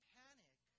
panic